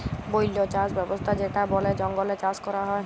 বল্য চাস ব্যবস্থা যেটা বলে জঙ্গলে চাষ ক্যরা হ্যয়